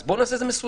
אז נעשה את זה מסודר.